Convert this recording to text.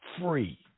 free